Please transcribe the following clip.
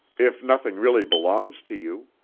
if nothing really belongs to you?